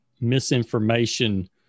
misinformation